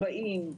40,